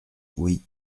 oui